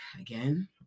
again